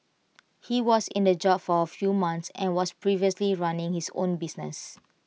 he was in the job for A few months and was previously running his own business